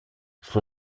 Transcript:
suo